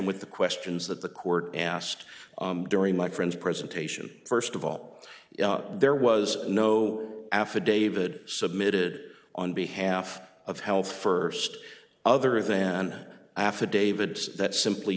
with the questions that the court asked during my friend's presentation first of all there was no affidavit submitted on behalf of health first other than affidavits that simply